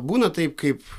būna taip kaip